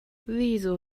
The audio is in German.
wieso